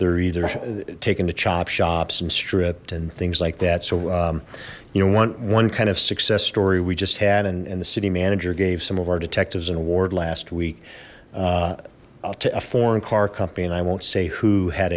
they're either taking the chop shops and stripped and things like that so you know one one kind of success story we just had and the city manager gave some of our detectives an award last week to a foreign car company and i won't say who had